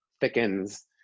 thickens